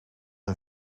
een